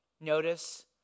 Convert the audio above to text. notice